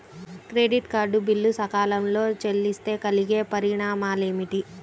Credit card bill సకాలంలో చెల్లిస్తే కలిగే పరిణామాలేమిటి?